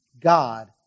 God